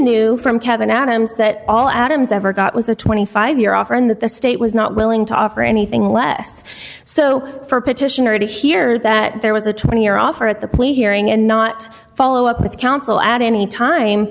knew from kevin adams that all adam's ever got was a twenty five year offer and that the state was not willing to offer anything less so for petitioner to hear that there was a twenty year offer at the point hearing and not follow up with counsel at any time